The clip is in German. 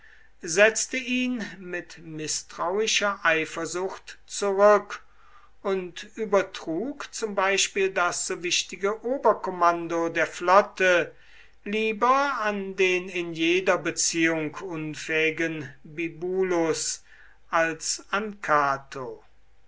setzte ihn mit mißtrauischer eifersucht zurück und übertrug zum beispiel das so wichtige oberkommando der flotte lieber an den in jeder beziehung unfähigen bibulus als